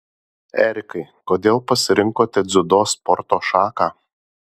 erikai kodėl pasirinkote dziudo sporto šaką